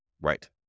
Right